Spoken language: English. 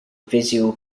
visual